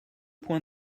points